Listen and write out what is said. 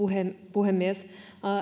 puhemies